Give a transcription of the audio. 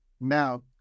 now